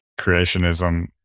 creationism